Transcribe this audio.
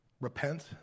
repent